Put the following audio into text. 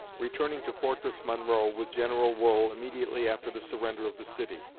returning to fortress monroe with general wool immediately after the surrender of the city.